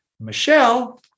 Michelle